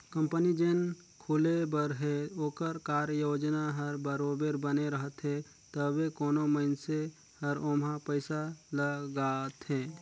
company जेन खुले बर हे ओकर कारयोजना हर बरोबेर बने रहथे तबे कोनो मइनसे हर ओम्हां पइसा ल लगाथे